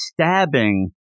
stabbing